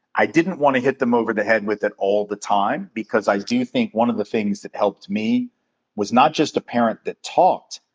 i didn't wanna hit them over the head with it all the time, because i do think one of the things that helped me was not just a parent that talked,